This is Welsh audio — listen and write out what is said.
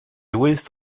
wyth